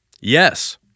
Yes